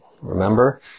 Remember